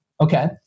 Okay